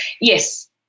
yes